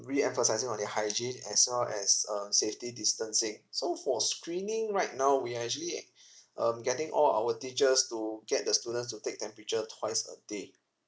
reemphasizing on their hygiene as well as uh safety distancing so for screening right now we're actually um getting all our teachers to get the students to take temperature twice a day